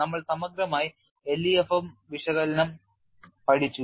നമ്മൾ സമഗ്രമായി LEFM വിശകലനം പഠിച്ചു